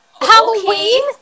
halloween